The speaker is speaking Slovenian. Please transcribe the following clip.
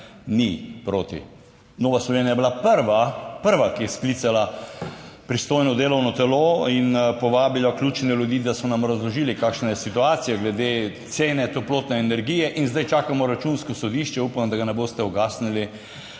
ni proti. Nova Slovenija je bila prva, prva, ki je sklicala pristojno delovno telo in povabila ključne ljudi, da so nam razložili, kakšna je situacija glede cene toplotne energije in zdaj čakamo Računsko sodišče, upam, da ga ne boste ugasnili